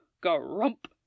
grump